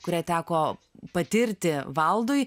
kurią teko patirti valdui